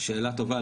שאלה טובה.